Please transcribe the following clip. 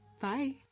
Bye